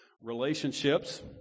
relationships